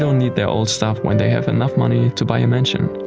so need their old stuff when they have enough money to buy a mansion.